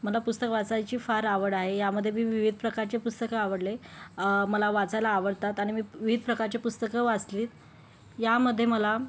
मला पुस्तक वाचायची फार आवड आहे यामध्ये मी विविध प्रकारची पुस्तके आवडले मला वाचायला आवडतात आणि मी विविध प्रकारची पुस्तकं वाचलीत या मध्ये मला